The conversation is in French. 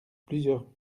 plusieurs